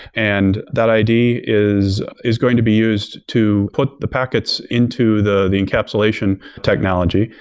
and that id is is going to be used to put the packets into the the encapsulation technology.